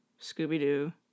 Scooby-Doo